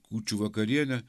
kūčių vakarienė